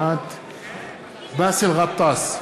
באסל גטאס,